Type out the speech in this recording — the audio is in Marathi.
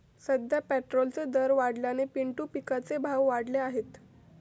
सध्या पेट्रोलचे दर वाढल्याने पिंटू पिकाचे भाव वाढले आहेत